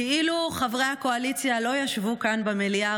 כאילו חברי הקואליציה לא ישבו כאן במליאה,